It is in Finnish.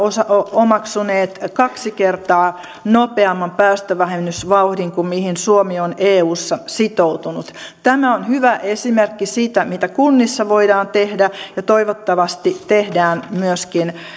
omaksuneet kaksi kertaa nopeamman päästövähennysvauhdin kuin mihin suomi on eussa sitoutunut tämä on hyvä esimerkki siitä mitä kunnissa voidaan tehdä ja toivottavasti tehdään myöskin